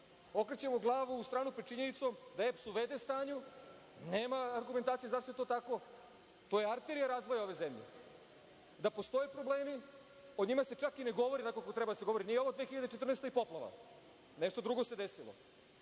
Okrećemo glavu u stranu pred činjenicom da je EPS u v.d. stanju. Nema argumentacije zašto je to tako. To je arterija razvoja ove zemlje. Da postoje problemi, o njima se čak i ne govori onako kako treba da se govori. Nije ovo 2014. godina i poplava, nešto drugo se desilo.